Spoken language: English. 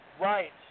Right